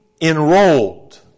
enrolled